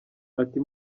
ati